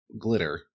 glitter